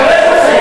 אני מברך אתכם,